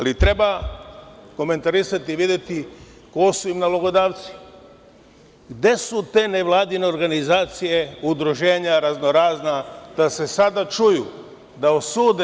Treba komentarisati i videti ko su im nalogodavci, gde su te nevladine organizacije, udruženja raznorazna da se sada čuju, da osude?